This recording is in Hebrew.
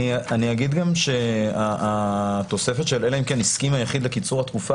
אני אגיד גם שהתוספת של אלא אם כן הסכים היחיד לקיצור התקופה